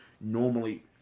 normally